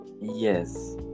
Yes